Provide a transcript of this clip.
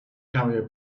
carrier